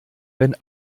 wenn